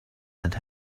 and